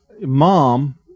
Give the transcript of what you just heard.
mom